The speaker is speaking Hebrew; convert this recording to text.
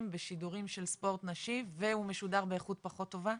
בשידורים של ספורט נשי ושהוא משודר באיכות פחות טובה?